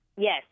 Yes